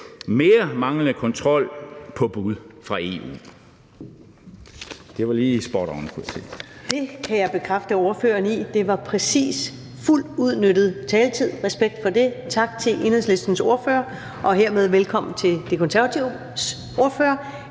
Første næstformand (Karen Ellemann): Det kan jeg bekræfte ordføreren i. Det var præcis fuldt udnyttet taletid – respekt for det. Tak til Enhedslistens ordfører, og hermed velkommen til De Konservatives ordfører,